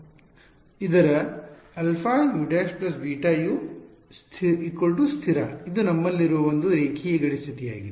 ಇದರ αU′ βU ಸ್ಥಿರ ಇದು ನಮ್ಮಲ್ಲಿರುವ ಒಂದು ರೀತಿಯ ಗಡಿ ಸ್ಥಿತಿಯಾಗಿದೆ